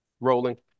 Rolling